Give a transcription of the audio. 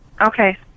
Okay